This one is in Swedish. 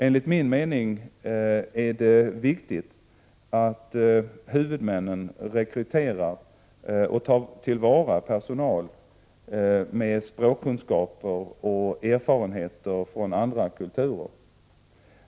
Enligt min mening är det viktigt att huvudmännen rekryterar och tar till vara personal med språkkunskaper och erfarenheter från andra kulturer.